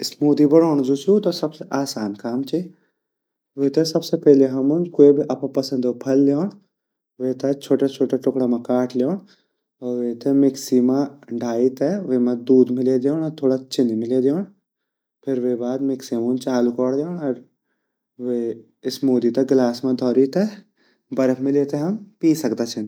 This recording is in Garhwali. स्मूदी बडोड़ जु ची उ ता सबसे आसान काम ची वेते पहली हमुन क्वी भी अप्रु पसंदो फल ल्योनड वेते छोटा छोटा टुकड़ा मा काट ल्योनड वेते मिक्सी मा ढाई ते वेमा दूध मिले दयोंड अर वेमा चिन्नी मिले दयोंड फिर वेगा बाद हमुन मिक्सी चालु कोर दयोंड अर स्मूदी त गिलास मा धोरी ते हम बर्फ मिले ते पी सकदा छिन।